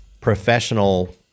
professional